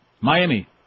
Miami